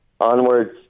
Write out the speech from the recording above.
onwards